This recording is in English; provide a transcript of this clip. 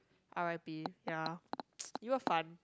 R_I_P ya you were fun